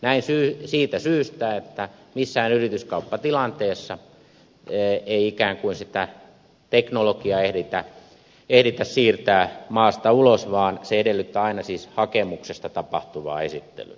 näin siitä syystä että missään yrityskauppatilanteessa ei ikään kuin sitä teknologiaa ehditä siirtää maasta ulos vaan se edellyttää aina siis hakemuksesta tapahtuvaa esittelyä